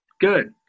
good